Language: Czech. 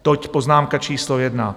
Toť poznámka číslo jedna.